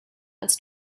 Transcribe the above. als